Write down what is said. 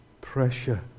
pressure